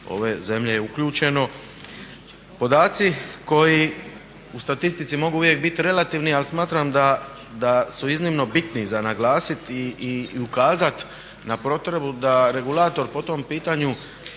ove zemlje je uključeno. Podaci koji u statistici mogu uvijek bit relativni, ali smatram da su iznimno bitni za naglasiti i ukazati na potrebu da regulator po tom pitanju